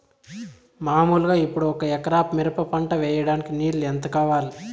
మామూలుగా ఇప్పుడు ఒక ఎకరా మిరప పంట వేయడానికి నీళ్లు ఎంత కావాలి?